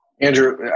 andrew